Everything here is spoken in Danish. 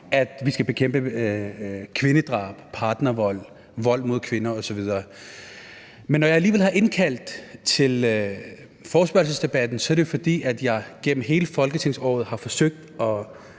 at vi skal bekæmpe kvindedrab, partnervold, vold mod kvinder osv. Men når jeg alligevel har indkaldt til forespørgselsdebatten, er det jo, fordi jeg gennem hele folketingsåret har forsøgt at